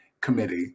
committee